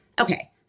okay